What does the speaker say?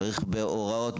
צריך בהוראות,